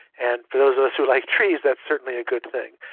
and for those of us who like trees, that's certainly a good thing.